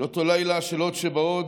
אותו לילה של הוד שבהוד